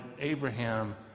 Abraham